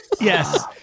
Yes